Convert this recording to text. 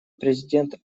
президент